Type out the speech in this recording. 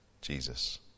Jesus